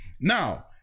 Now